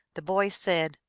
the boy said,